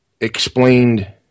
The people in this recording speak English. explained